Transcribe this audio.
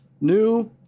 new